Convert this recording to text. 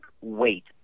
wait